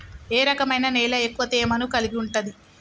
ఏ రకమైన నేల ఎక్కువ తేమను కలిగుంటది?